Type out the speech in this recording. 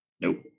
Nope